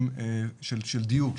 דיוג,